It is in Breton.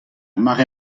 mare